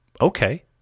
Okay